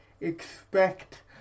Expect